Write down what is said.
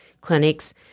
clinics